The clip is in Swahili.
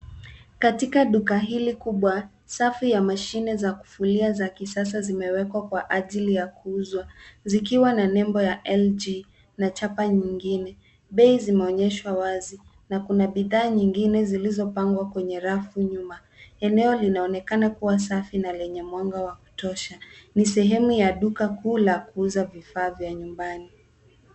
Katika duka hili kubwa, safu ya mashine za kufulia za kisasa zimewekwa kwa ajili ya kuuzwa, zikiwa na nembo ya LG na chapa nyingine. Bei zimeonyeshwa wazi na kuna bidhaa nyingine zilizopangwa kwenye rafu nyuma. Eneo linaonekana kuwa safi na lenye mwanga wa kutosha. Ni sehemu ya duka kuu la kuuza vifaa vya nyumbani.